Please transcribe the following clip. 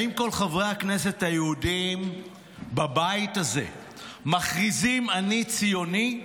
האם כל חברי הכנסת היהודים בבית הזה מכריזים: אני ציוני?